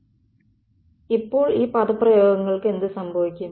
അപ്പോൾ ഈ പദപ്രയോഗങ്ങൾക്ക് എന്ത് സംഭവിക്കും